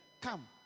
Come